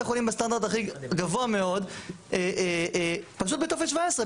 החולים בסטנדרט גבוה מאוד פשוט בטופס 17,